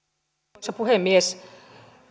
arvoisa puhemies